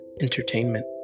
entertainment